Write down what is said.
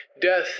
Death